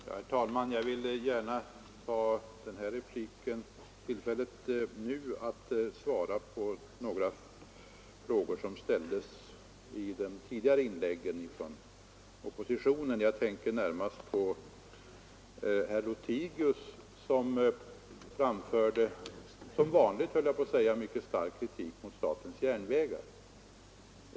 Herr talman! Jag vill begagna denna replik till att svara på några frågor som ställdes i de tidigare inläggen från oppositionen. Jag tänker närmast på herr Lothigius vilken — jag skulle kunna säga som vanligt — framförde en mycket stark kritik mot statens järnvägar.